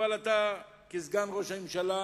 אבל אתה כסגן ראש הממשלה,